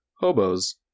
hobos